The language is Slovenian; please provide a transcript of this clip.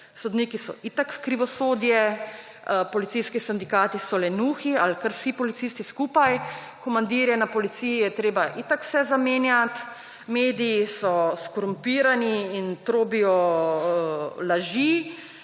sodniki so itak krivosodje, policijski sindikati so lenuhi ali kar vsi policisti skupaj, komandirje na policiji je treba itak vse zamenjati, mediji so skorumpirani in trobijo laži,